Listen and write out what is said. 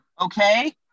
Okay